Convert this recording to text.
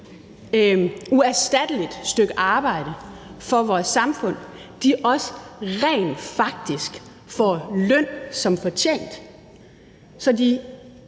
uerstatteligt stykke arbejde for vores samfund, også rent faktisk får løn som fortjent, og at